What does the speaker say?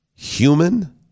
human